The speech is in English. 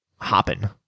Hopping